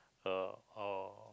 uh our